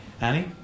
Annie